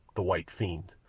the white fiend.